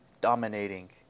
dominating